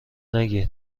نگیر